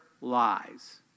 lies